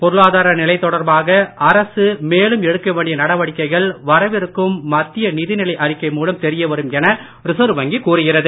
பொருளாதார நிலை தொடர்பாக அரசு மேலும் எடுக்க வேண்டிய நடவடிக்கைகள் வரவிருக்கும் மத்திய நிதி நிலை அறிக்கை மூலம் தெரியவரும் என ரிசர்வ் வங்கி கூறுகிறது